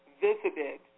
visited